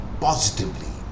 positively